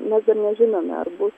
mes dar nežinome ar bus